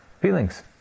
feelings